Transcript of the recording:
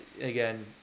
again